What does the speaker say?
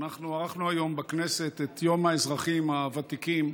אנחנו ערכנו היום בכנסת את יום האזרחים הוותיקים.